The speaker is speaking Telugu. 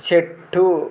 చెట్టు